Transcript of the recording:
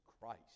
Christ